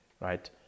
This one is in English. right